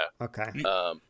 Okay